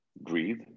breathe